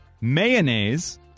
mayonnaise